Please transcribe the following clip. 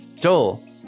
Joel